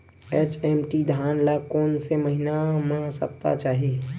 HMT धान ल कोन से महिना म सप्ता चाही?